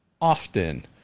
often